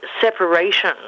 separation